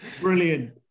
Brilliant